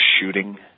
shooting